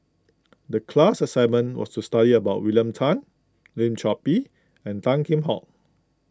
the class assignment was to study about William Tan Lim Chor Pee and Tan Kheam Hock